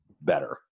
better